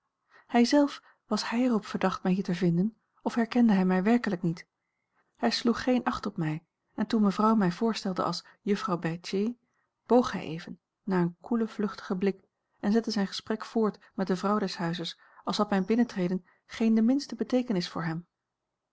hij zelf was hij er op verdacht mij hier te vinden of herkende hij mij werkelijk niet hij sloeg geen acht op mij en toen mevrouw mij voorstelde als juffrouw bethier boog hij even na een koelen vluchtigen blik en zette zijn gesprek voort met de vrouw des huizes als had mijn binnentreden geen de minste beteekenis voor hem